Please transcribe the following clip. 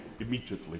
immediately